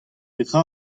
petra